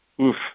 oof